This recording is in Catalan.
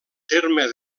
terme